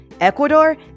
Ecuador